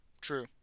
true